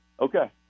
Okay